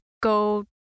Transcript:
Go